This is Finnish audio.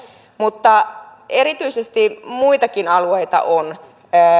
mutta erityisesti muitakin alueita on